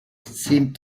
seemed